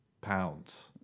pounds